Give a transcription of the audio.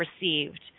received